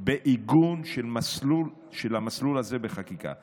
בעיגון של המסלול הזה בחקיקה.